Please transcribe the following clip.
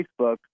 Facebook